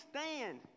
stand